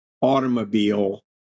automobile